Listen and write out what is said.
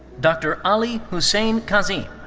dr. ali hussain kazim.